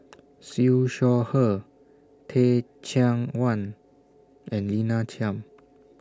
Siew Shaw Her Teh Cheang Wan and Lina Chiam